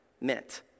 meant